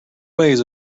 ways